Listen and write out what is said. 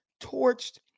Torched